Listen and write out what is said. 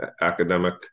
academic